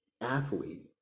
athlete